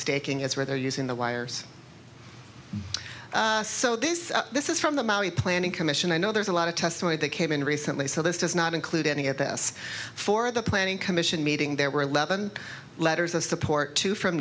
staking is where they're using the wires so these this is from the maori planning commission i know there's a lot of testimony that came in recently so this does not include any of this for the planning commission meeting there were eleven letters of support two from